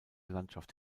landschaft